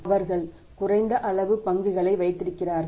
அவர்கள் குறைந்த அளவு பங்குகளை வைத்திருக்கிறார்கள்